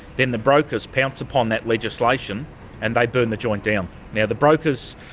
then the brokers pounce upon that legislation and they burn the joint down. now, the brokers,